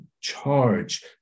charge